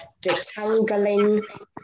detangling